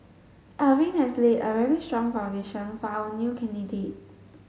Alvin has laid a very strong foundation for our new candidate